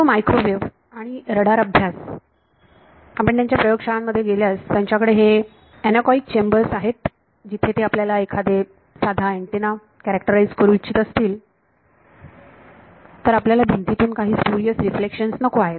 सर्व मायक्रोवेव्ह आणि रडार अभ्यास आपण त्यांच्या प्रयोगशाळांमध्ये गेल्यास त्यांच्याकडे हे अॅनोकोइक चेंबर आहेत जिथे ते आपल्याला एखादे एखादा अँटीना कॅरेक्टराईझ करू इच्छित असतील तर आपल्याला भिंतीतून काही स्पुरियस रिफ्लेक्शन नको आहेत